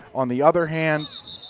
on the other hand,